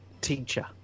teacher